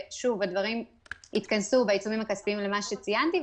הדברים התכנסו בעיצומים הכספיים למה שציינתי,